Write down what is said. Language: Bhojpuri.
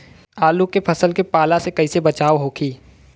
आलू के फसल के पाला से कइसे बचाव होखि?